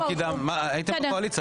היית בקואליציה.